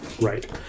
right